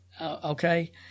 okay